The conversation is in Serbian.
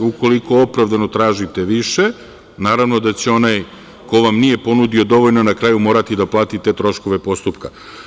Ukoliko opravdano tražite više, naravno da će onaj ko vam nije ponudio dovoljno, na kraju morati da plati te troškove postupka.